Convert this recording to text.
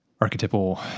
archetypal